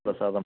Prasadampadu